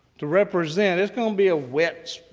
to represent it's going to be a wet,